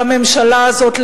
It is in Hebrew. והממשלה הזאת,